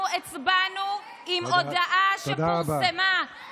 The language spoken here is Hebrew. אנחנו הצבענו עם הודעה שפורסמה, בטח, תודה רבה.